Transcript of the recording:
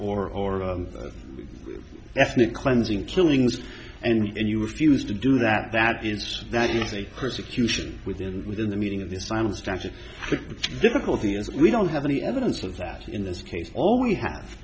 or are or ethnic cleansing killings and you refused to do that that is that is a persecution within within the meaning of this final stretch of difficulty as we don't have any evidence of that in this case all we have